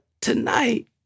tonight